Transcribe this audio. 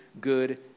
good